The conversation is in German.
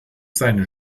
seine